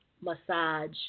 massage